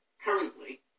currently